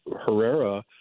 Herrera